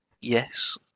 Yes